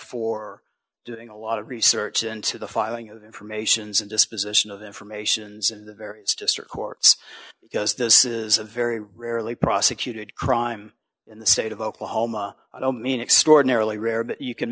for doing a lot of research into the filing of informations and disposition of informations in the various district courts because this is a very rarely prosecuted crime in the state of oklahoma i don't mean extraordinarily rare but you can